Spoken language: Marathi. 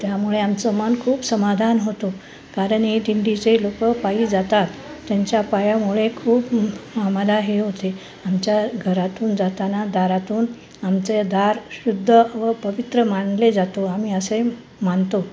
त्यामुळे आमचं मन खूप समाधान होतो कारण हे दिंडीचे लोक पायी जातात त्यांच्या पायामुळे खूप आम्हाला हे होते आमच्या घरातून जाताना दारातून आमचे दार शुद्ध व पवित्र मानले जातो आम्ही असे मानतो